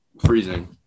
freezing